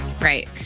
Right